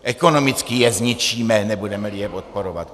Ekonomicky je zničíme, nebudemeli je podporovat.